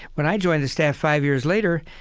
when i joined the staff five years later,